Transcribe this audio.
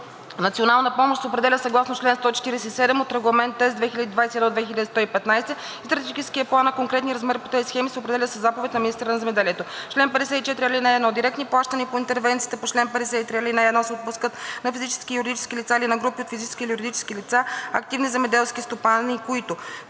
национална помощ се определя съгласно чл. 147 от Регламент (ЕС) 2021/2115 и Стратегическия план, а конкретният размер по тези схеми се определя със заповед на министъра на земеделието. Чл. 54. (1) Директни плащания по интервенциите по чл. 53, ал. 1 се отпускат на физически и юридически лица или на групи от физически или юридически лица – активни земеделски стопани, които: